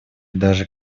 даже